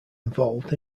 involved